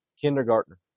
kindergartner